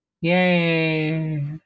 Yay